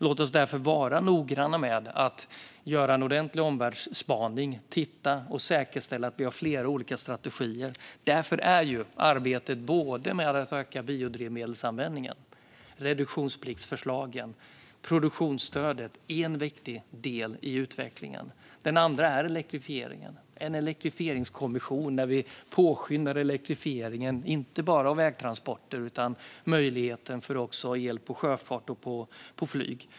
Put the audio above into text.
Låt oss därför vara noggranna med att göra en ordentlig omvärldsspaning och säkerställa att vi har flera olika strategier. Därför är arbetet med att öka biodrivmedelsanvändningen, reduktionspliktsförslagen, produktionsstödet en viktig del i utvecklingen. Den andra är elektrifieringen. Vi har en elektrifieringskommission som påskyndar elektrifieringen, inte bara av vägtransporter utan också för möjligheten till el för sjöfart och flyg.